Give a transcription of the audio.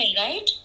right